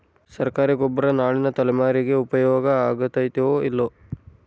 ಸರ್ಕಾರಿ ಗೊಬ್ಬರ ನಾಳಿನ ತಲೆಮಾರಿಗೆ ಉಪಯೋಗ ಆಗತೈತೋ, ಇಲ್ಲೋ?